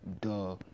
Duh